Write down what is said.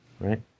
Right